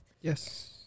Yes